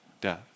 death